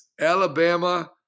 Alabama